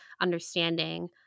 understanding